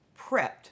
prepped